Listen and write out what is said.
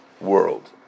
world